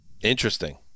Interesting